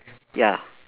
ya